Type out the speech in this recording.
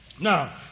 Now